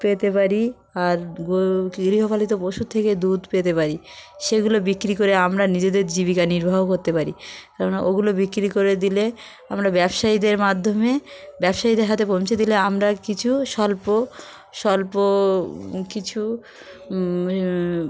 পেতে পারি আর গোরু গৃহপালিত পশুর থেকে দুধ পেতে পারি সেগুলো বিক্রি করে আমরা নিজেদের জীবিকা নির্বাহ করতে পারি কেননা ওগুলো বিক্রি করে দিলে আমরা ব্যবসায়ীদের মাধ্যমে ব্যবসায়ীদের হাতে পৌঁছে দিলে আমরা কিছু স্বল্প স্বল্প কিছু